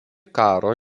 karo